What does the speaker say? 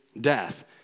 death